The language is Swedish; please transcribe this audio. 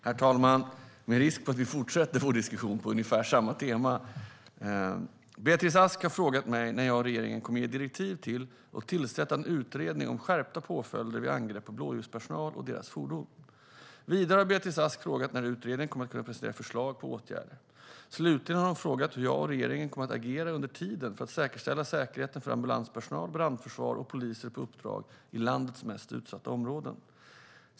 Herr talman! Det finns risk att vi fortsätter vår diskussion på ungefär samma tema. Beatrice Ask har frågat mig när jag och regeringen kommer att ge direktiv till och tillsätta en utredning om skärpta påföljder vid angrepp på blåljuspersonal och dess fordon. Vidare har Beatrice Ask frågat när utredningen kommer att kunna presentera förslag på åtgärder. Slutligen har hon frågat hur jag och regeringen kommer att agera under tiden för att säkerställa säkerheten för ambulanspersonal, brandförsvar och poliser på uppdrag i landets mest utsatta områden.